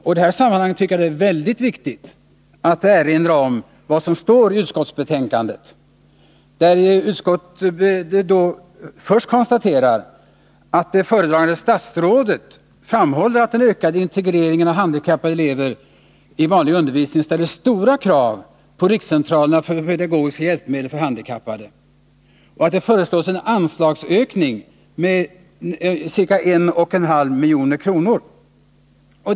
I detta sammanhang är det därför mycket viktigt att erinra om vad som står i utskottsbetänkandet. Utskottet konstaterar först att det föredragande statsrådet framhåller att den ökade integreringen av handikappade elever i vanlig undervisning ställer stora krav på rikscentralerna för pedagogiska hjälpmedel för handikappade. Statsrådet föreslår därför en anslagsökning med ca 1,5 milj.kr.